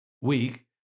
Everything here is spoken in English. week